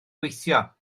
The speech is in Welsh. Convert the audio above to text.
gweithio